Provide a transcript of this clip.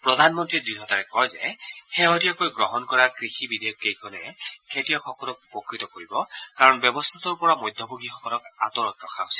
প্ৰধানমন্ত্ৰীয়ে দ্য়তাৰে কয় যে শেহতীয়াকৈ গ্ৰহণ কৰা কৃষি বিধেয়ক কেইখনে খেতিয়কসকলক উপকৃত কৰিব কাৰণ ব্যৱস্থাটোৰ পৰা মধ্যভোগীসকলক আঁতৰত ৰখা হৈছে